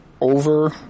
over